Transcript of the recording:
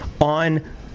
on